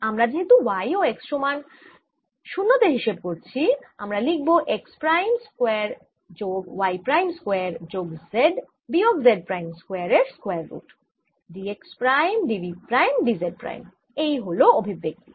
আমরা যেহেতু x ও y সমান 0 তে হিসেব করছিআমরা লিখব x প্রাইম স্কয়ার যোগ y প্রাইম স্কয়ার যোগ z বিয়োগ z প্রাইম স্কয়ার এর square root d x prime d y prime d Z prime এই হল অভিব্যক্তি